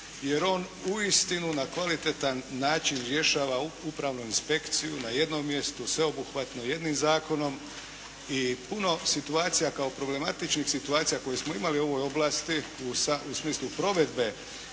jer on uistinu na kvalitetan način rješava upravnu inspekciju na jednom mjestu, sveobuhvatno jednim zakonom i puno situacija kao problematičnih situacija koje smo imali u ovoj oblasti u smislu provedbe